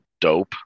dope